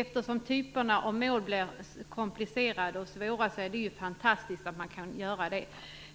Eftersom typerna av mål blir komplicerade och svåra är det fantastiskt att man kan göra det.